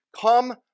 come